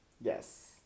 yes